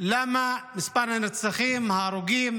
למה מספר הנרצחים וההרוגים